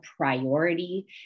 priority